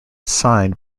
signed